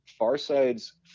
Farside's